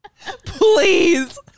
Please